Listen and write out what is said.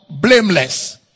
blameless